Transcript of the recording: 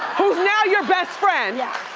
who's now your best friend! yes.